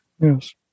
Yes